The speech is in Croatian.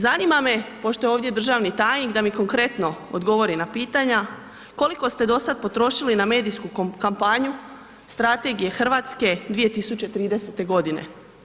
Zanima me, pošto je ovdje državni tajnik, da mi konkretno odgovori na pitanja, koliko ste dosad potrošili na medijsku kampanju strategije Hrvatske 2030. godine?